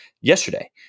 yesterday